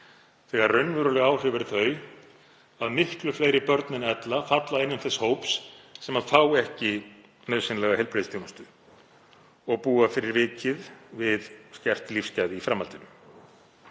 þegar raunveruleg áhrif eru þau að miklu fleiri börn en ella falla innan þess hóps sem fær ekki nauðsynlega heilbrigðisþjónustu og býr fyrir vikið við skert lífsgæði í framhaldinu.